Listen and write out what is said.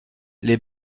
les